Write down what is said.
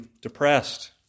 depressed